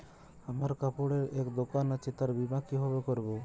আমার কাপড়ের এক দোকান আছে তার বীমা কিভাবে করবো?